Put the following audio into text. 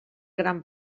gran